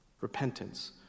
Repentance